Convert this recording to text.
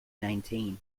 nineteen